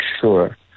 sure